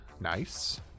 nice